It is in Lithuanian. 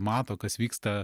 mato kas vyksta